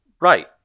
Right